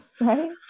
right